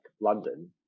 London